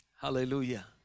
Hallelujah